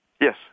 Yes